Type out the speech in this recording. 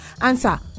answer